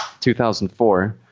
2004